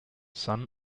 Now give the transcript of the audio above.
son